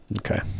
Okay